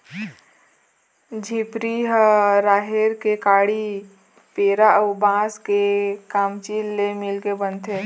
झिपारी ह राहेर के काड़ी, पेरा अउ बांस के कमचील ले मिलके बनथे